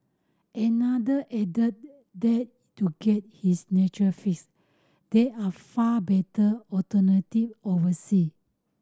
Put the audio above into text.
another added that to get his nature fix there are far better alternative oversea